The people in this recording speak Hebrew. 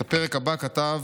את הפרק הבא כתב